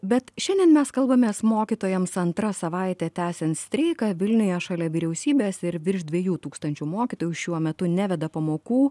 bet šiandien mes kalbamės mokytojams antrą savaitę tęsiant streiką vilniuje šalia vyriausybės ir virš dviejų tūkstančių mokytojų šiuo metu neveda pamokų